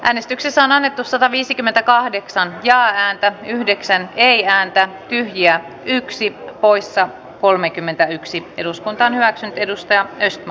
äänestyksissä on annettu sataviisikymmentäkahdeksan ja ääntä nappi ei ääntä tyhjiä yksi poissa kolmekymmentäyksi eduskunta on hyväksynyt edustaja esko